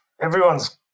everyone's